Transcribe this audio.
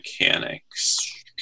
mechanics